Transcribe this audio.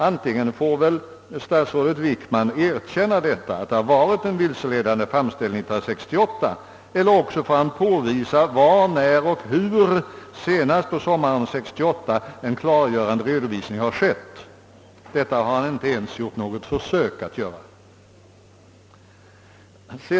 Antingen får väl statsrådet Wickman erkänna, att det har lämnats en vilseledande framställning 1968, eller också får han påvisa var, när och hur — senast på sommaren 1968 — en klargörande redovisning har lämnats. Han har inte ens försökt göra det.